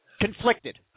Conflicted